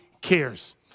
cares